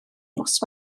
nos